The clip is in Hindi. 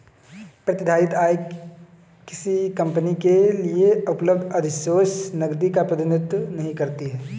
प्रतिधारित आय किसी कंपनी के लिए उपलब्ध अधिशेष नकदी का प्रतिनिधित्व नहीं करती है